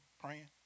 praying